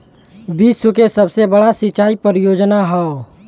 विश्व के सबसे बड़ा सिंचाई परियोजना हौ